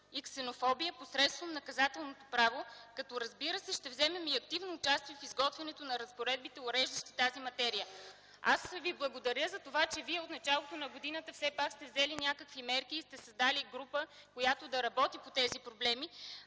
и ксенофобия посредством наказателното право, като, разбира се, ще вземем и активно участие в изготвянето на разпоредбите, уреждащи тази материя. (Сигнал от председателя за изтичане на времето.) Аз Ви благодаря за това, че от началото на годината все пак сте взели някакви мерки и сте създали група, която да работи по тези проблеми,